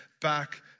back